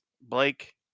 Blake